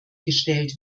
gestellt